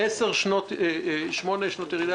יש לנו עכשיו שנה שנייה של עלייה.